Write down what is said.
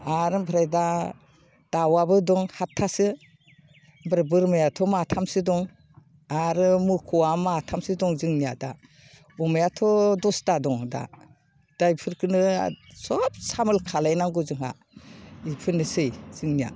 आरो आमफ्राइ दा दाउआबो दं हातथासो आमफ्राइ बोरमायाथ' माथामसो दं आरो मोसौआ माथामसो दङ जोंनिया दा अमायाथ' दस था दं दा दा बेफोरखौनो सब सामोल खालामनांगौ जोंहा बेफोरनोसै जोंनिया